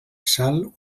sal